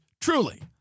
truly